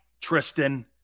Tristan